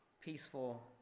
peaceful